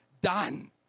done